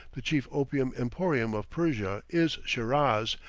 the chief opium emporium of persia is shiraz,